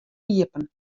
iepen